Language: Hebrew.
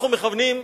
אנחנו מכוונים,